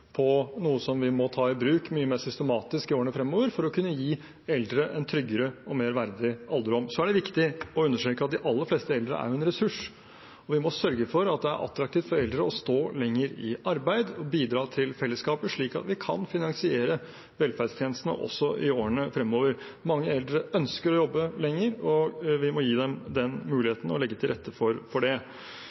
på noe som vi må ta i bruk mye mer systematisk i årene fremover for å kunne gi eldre en tryggere og mer verdig alderdom. Det er viktig å understreke at de aller fleste eldre er en ressurs, og vi må sørge for at det er attraktivt for eldre å stå lenger i arbeid og bidra til fellesskapet, slik at vi kan finansiere velferdstjenestene også i årene fremover. Mange eldre ønsker å jobbe lenger, og vi må gi dem den muligheten og legge til rette for det.